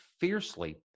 fiercely